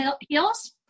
heels